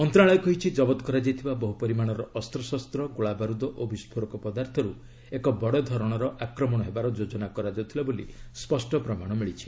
ମନ୍ତ୍ରଣାଳୟ କହିଛି ଜବତ କରାଯାଇଥିବା ବହୁ ପରିମାଣର ଅସ୍ତ୍ରଶସ୍ତ୍ର ଗୋଳାବାରୁଦ ଓ ବିସ୍ଫୋରକ ପଦାର୍ଥରୁ ଏକ ବଡ଼ ଧରଣର ଆକ୍ରମଣ ହେବାର ଯୋଜନା କରାଯାଉଥିଲା ବୋଲି ସ୍ୱଷ୍ଟ ପ୍ରମାଣ ମିଳିଛି